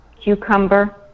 Cucumber